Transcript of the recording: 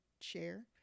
share